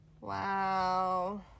Wow